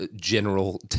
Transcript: general